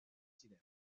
ziren